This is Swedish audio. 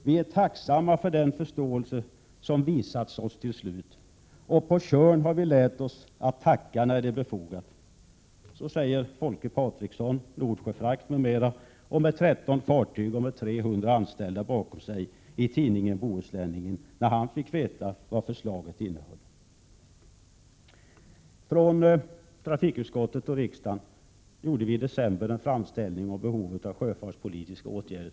Vi är tacksamma för den förståelse som visats oss till slut. Och på Tjörn har vi lärt oss att tacka när det är befogat.” Så säger Folke Patriksson, Nordsjöfrakt m.m., med 13 fartyg och 300 anställda bakom sig, i tidningen Bohusläningen, när han fick veta vad förslaget innehöll. Från trafikutskottet och riksdagen gjorde vi i december en framställning till regeringen om behovet av sjöfartspolitiska åtgärder.